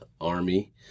army